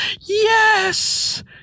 yes